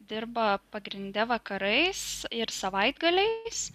dirba pagrinde vakarais ir savaitgaliais